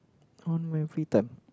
on my free time